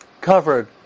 covered